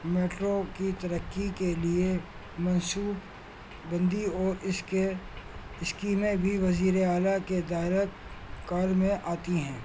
metro کی ترقی کے لیے منسوبہ بندی اور اس کے اسکیمیں بھی وزیر اعلیٰ کے دائرہ کار میں آتی ہیں